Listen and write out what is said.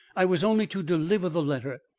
i was only to deliver the letter.